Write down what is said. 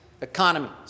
economies